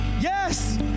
yes